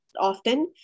often